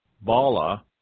Bala